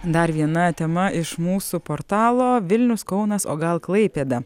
dar viena tema iš mūsų portalo vilnius kaunas o gal klaipėda